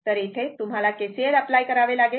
तर येथे तुम्हाला KCL अप्लाय करावे लागेल